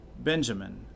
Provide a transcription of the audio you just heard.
Benjamin